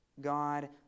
God